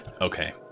Okay